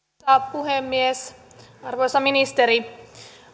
puhemies arvoisa ministeri